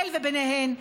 וישראל ביניהן,